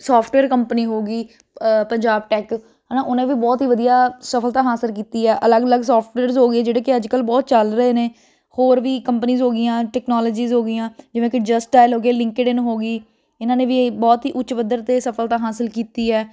software company ਹੋ ਗਈ Punjab tech ਹੈ ਨਾ ਉਹਨੇ ਵੀ ਬਹੁਤ ਹੀ ਵਧੀਆ ਸਫਲਤਾ ਹਾਸਲ ਕੀਤੀ ਆ ਅਲੱਗ ਅਲੱਗ ਸੋਫਟਵੇਅਰਸ ਹੋ ਗਏ ਜਿਹੜੇ ਕਿ ਅੱਜ ਕੱਲ੍ਹ ਬਹੁਤ ਚੱਲ ਰਹੇ ਨੇ ਹੋਰ ਵੀ ਕੰਪਨੀਜ ਹੋ ਗਈਆਂ ਟੈਕਨੋਲੋਜਿਜ ਹੋ ਗਈਆਂ ਜਿਵੇਂ ਕਿ ਜਸਟ ਐਲ ਹੋ ਗਈ ਲਿੰਕਡ ਇਨ ਹੋ ਗਈ ਇਹਨਾਂ ਨੇ ਵੀ ਬਹੁਤ ਹੀ ਉੱਚ ਪੱਧਰ 'ਤੇ ਸਫਲਤਾ ਹਾਸਲ ਕੀਤੀ ਹੈ